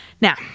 now